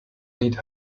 need